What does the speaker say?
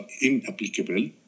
inapplicable